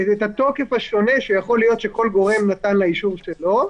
התוקף השונה שיכול להיות שכל גורם נתן לאישור שלו.